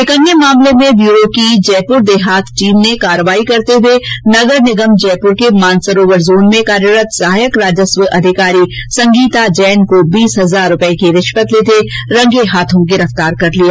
एक अन्य मामले में ब्यूरो की जयपुर देहात टीम ने कार्यवाही करते हुए नगर निगम जयपुर के मानसरोवर जोन में कार्यरत सहायक राजस्व अधिकारी संगीता जैन को बीस हजार रूपए की रिश्वत लेते रंगे हाथों गिरफ्तार कर लिया